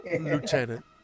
Lieutenant